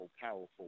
powerful